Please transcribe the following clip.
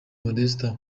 modeste